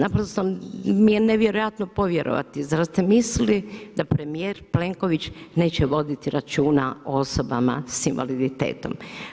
Naprosto mi je nevjerojatno povjerovati, zar ste mislili da premijer Plenković neće voditi računa o osobama s invaliditetom?